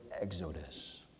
exodus